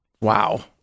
wow